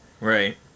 right